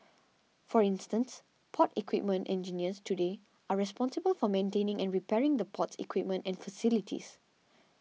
for instance port equipment engineers today are responsible for maintaining and repairing the port's equipment and facilities